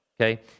Okay